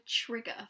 trigger